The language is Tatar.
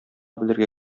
белергә